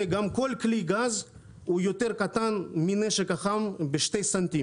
גם כל כלי גז הוא יותר קטן מהנשק החם ב-2 ס"מ,